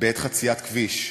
בעת חציית כביש.